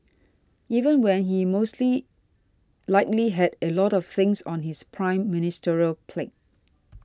even when he mostly likely had a lot of things on his Prime Ministerial plate